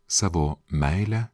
savo meile